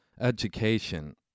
education